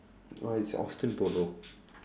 orh it's oxton polo